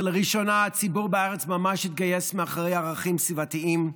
ולראשונה הציבור בארץ ממש התגייס מאחורי ערכים סביבתיים.